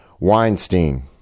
Weinstein